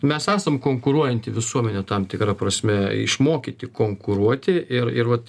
mes esam konkuruojanti visuomenė tam tikra prasme išmokyti konkuruoti ir ir vat